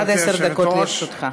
עד עשר דקות לרשותך.